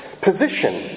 position